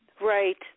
Right